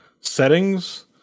Settings